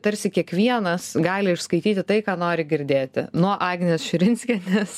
kad tarsi kiekvienas gali išskaityti tai ką nori girdėti nuo agnės širinskienės